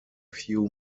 few